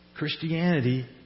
Christianity